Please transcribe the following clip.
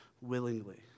willingly